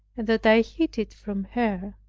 and that i hid it from her,